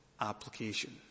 application